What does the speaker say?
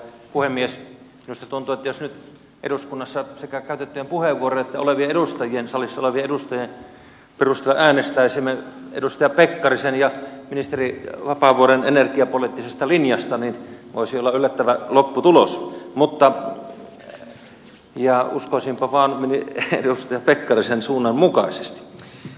minusta tuntuu että jos nyt eduskunnassa sekä käytettyjen puheenvuorojen että salissa olevien edustajien perusteella äänestäisimme edustaja pekkarisen ja ministeri vapaavuoren energiapoliittisesta linjasta niin voisi olla yllättävä lopputulos ja uskoisinpa vain edustaja pekkarisen suunnan mukainen